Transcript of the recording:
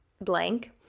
blank